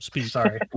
Sorry